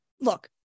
look